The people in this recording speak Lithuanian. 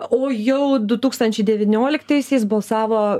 o jau du tūkstančiai devynioliktaisiais balsavo